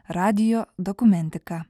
radijo dokumentika